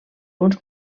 uns